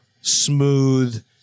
smooth